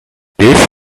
this